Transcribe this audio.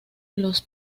los